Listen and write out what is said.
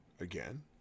again